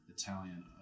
italian